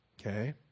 okay